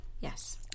yes